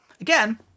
again